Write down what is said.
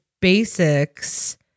basics